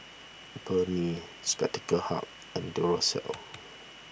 Burnie Spectacle Hut and Duracell